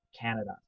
Canada